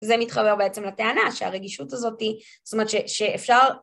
זה מתחבר בעצם לטענה שהרגישות הזאת, זאת אומרת שאפשר...